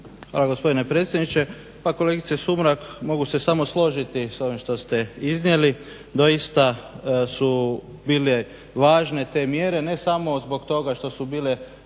Hvala gospodine predsjedniče. Pa kolegice Sumrak mogu se samo složiti s ovim što ste iznijeli. Doista su bile važne te mjere, ne samo zbog toga što su bile